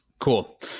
Cool